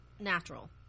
natural